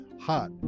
hot